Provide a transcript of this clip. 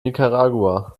nicaragua